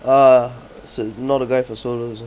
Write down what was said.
uh not a guy for solos also